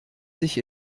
sich